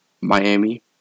Miami